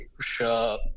sure